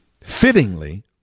fittingly